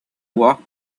walked